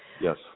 Yes